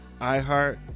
iHeart